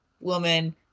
woman